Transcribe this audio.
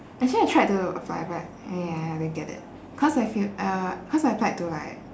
actually I tried to apply but yeah I didn't get it cause I failed uh cause I applied to like